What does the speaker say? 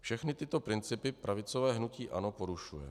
Všechny tyto principy pravicové hnutí ANO porušuje.